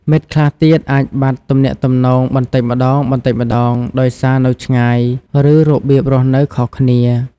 មិត្តខ្លះទៀតអាចបាត់ទំនាក់ទំនងបន្តិចម្តងៗដោយសារនៅឆ្ងាយ ឬរបៀបរស់នៅខុសគ្នា។